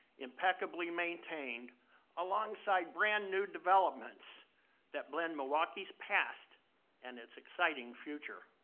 impeccably maintained alongside brand new developments that blend milwaukee's past and it's exciting future.